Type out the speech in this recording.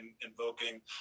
invoking